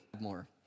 more